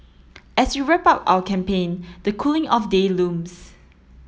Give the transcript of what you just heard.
as we wrap up our campaign the cooling off day looms